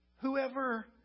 Whoever